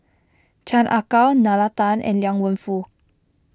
Chan Ah Kow Nalla Tan and Liang Wenfu